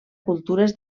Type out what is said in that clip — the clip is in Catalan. cultures